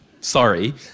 sorry